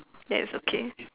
then it's okay